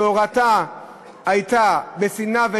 שהורתה הייתה בשנאה,